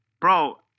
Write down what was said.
Bro